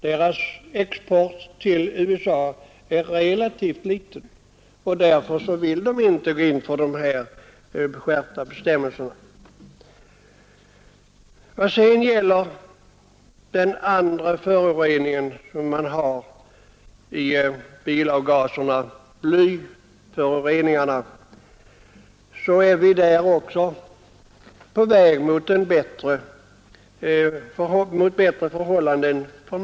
Deras export till USA är relativt liten, och därför vill de inte gå med på skärpta bestämmelser. Också i vad gäller de andra föroreningarna i bilavgaserna, nämligen blyföroreningarna, är vi på väg mot bättre förhållanden.